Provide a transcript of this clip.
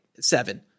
seven